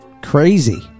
Crazy